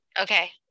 okay